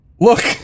Look